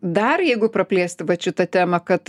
dar jeigu praplėsti vat šitą temą kad